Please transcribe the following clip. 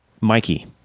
Mikey